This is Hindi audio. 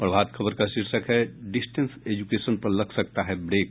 प्रभात खबर का शीर्षक है डिस्टेंस एजुकेशन पर लग सकता है ब्रेक